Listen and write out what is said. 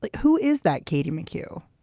like who is that? katie mccue